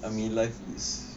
army life is